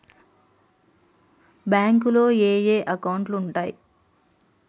బ్యాంకులో ఏయే అకౌంట్లు ఉంటయ్?